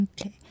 Okay